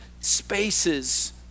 spaces